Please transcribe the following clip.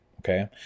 Okay